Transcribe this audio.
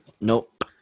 Nope